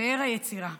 פאר היצירה,